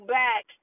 back